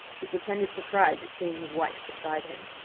he pretended surprise at seeing his wife beside him.